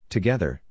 Together